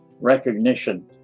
recognition